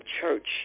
church